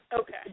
Okay